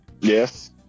Yes